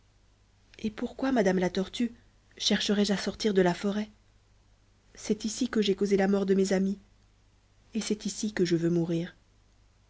et pourquoi madame la tortue chercherais je à sortir de la forêt c'est ici que j'ai causé la mort de mes amis et c'est ici que je veux mourir